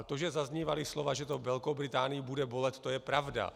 To, že zaznívala slova, že to Velkou Británii bude bolet, to je pravda.